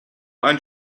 ein